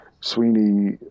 Sweeney